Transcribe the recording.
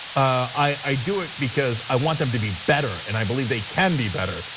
i do it because i want them to be better and i believe they can be better.